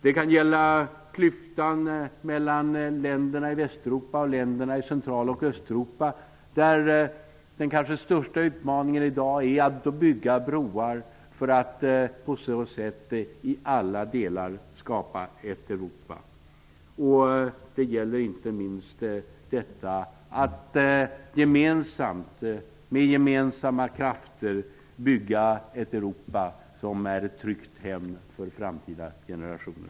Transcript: Det kan gälla klyftan mellan länderna i Västeuropa och länderna i Östeuropa, där den kanske största utmaningen i dag är att bygga broar för att på så sätt i alla delar skapa ett Europa. Det gäller inte minst att gemensamt med gemensamma krafter bygga ett Europa som är ett tryggt hem för framtida generationer.